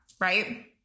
right